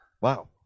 Wow